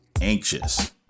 anxious